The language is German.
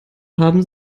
haben